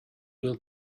will